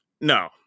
no